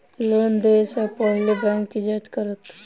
Loan देय सा पहिने बैंक की जाँच करत?